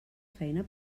feina